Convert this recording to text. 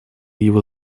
его